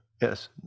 yes